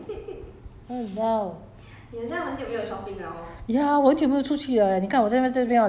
都没有看随便就买了塞回来就叫我吃 !walao!